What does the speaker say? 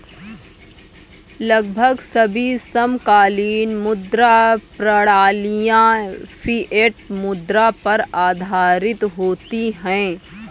लगभग सभी समकालीन मुद्रा प्रणालियाँ फ़िएट मुद्रा पर आधारित होती हैं